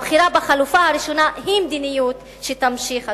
הבחירה בחלופה הראשונה היא מדיניות שתימשך,